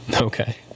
Okay